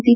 T